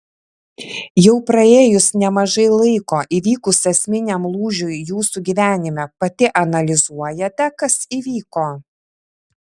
jau praėjus nemažai laiko įvykus esminiam lūžiui jūsų gyvenime pati analizuojate kas įvyko